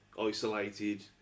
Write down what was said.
isolated